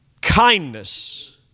kindness